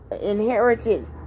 inherited